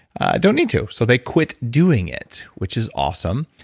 i don't need to. so they quit doing it, which is awesome.